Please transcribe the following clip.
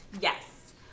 Yes